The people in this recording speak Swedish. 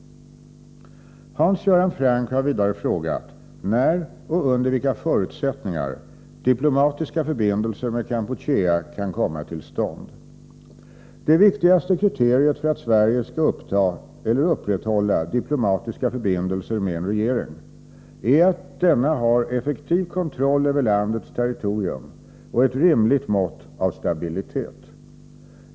Hans Göran Franck har vidare frågat när och under vilka förutsättningar diplomatiska förbindelser med Kampuchea kan komma till stånd. Det viktigaste kriteriet för att Sverige skall uppta eller upprätthålla diplomatiska förbindelser med en regering är att denna har effektiv kontroll över landets territorium och ett rimligt mått av stabilitet.